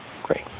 Great